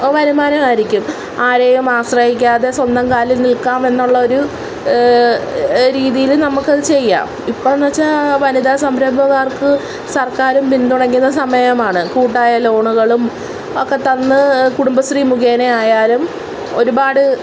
വരുമാനമായിരിക്കും ആരെയും ആശ്രയിക്കാതെ സ്വന്തം കാലിൽ നിൽക്കാം എന്നുള്ള ഒരു രീതിയില് നമുക്കത് ചെയ്യാം ഇപ്പോഴെന്ന് വെച്ചാല് വനിതാ സംരംഭക്കാർക്ക് സർക്കാരും പിന്തുണയ്ക്കുന്ന സമയമാണ് കൂട്ടായ ലോണുകളും ഒക്കെത്തന്ന് കുടുംബശ്രീ മുഖേനെയായാലും ഒരുപാട്